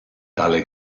tale